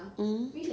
mmhmm